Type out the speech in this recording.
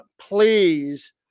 please